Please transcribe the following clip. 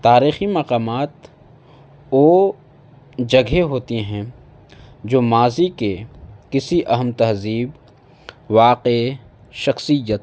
تاریخی مقامات وہ جگہیں ہوتی ہیں جو ماضی کے کسی اہم تہذیب واقع شخصیت